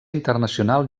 internacional